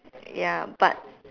ya but